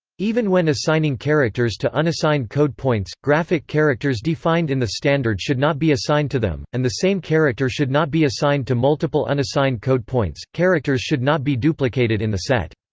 even when assigning characters to unassigned code points, graphic characters defined in the standard should not be assigned to them, and the same character should not be assigned to multiple unassigned code points characters should not be duplicated in the set.